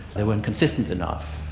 they weren't consistent enough,